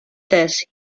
this